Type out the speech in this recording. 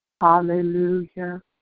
Hallelujah